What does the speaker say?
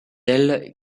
elle